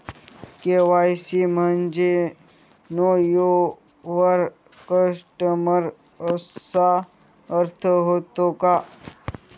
KYC म्हणजे know your customer असा अर्थ होतो का?